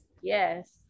Yes